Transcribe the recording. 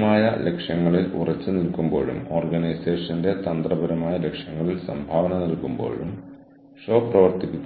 വിതരണക്കാരുമായും ഉള്ള ഓർഗനൈസേഷന്റെ പ്രവർത്തനത്തെ ഇന്ററാക്ടീവ് നെറ്റ്വർക്കിംഗ് സൂചിപ്പിക്കുന്നു